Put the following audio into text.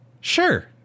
Sure